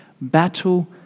battle